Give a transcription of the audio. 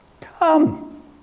Come